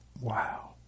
wow